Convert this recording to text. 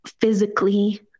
physically